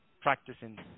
practicing